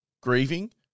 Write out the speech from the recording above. grieving